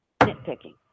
nitpicking